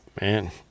man